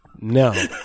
No